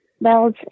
bells